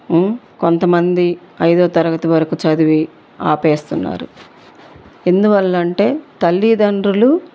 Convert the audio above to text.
కొంతమంది ఐదవ తరగతి వరకు చదివి ఆపేస్తున్నారు ఎందువల్ల అంటే తల్లిదండ్రులు